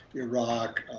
iraq,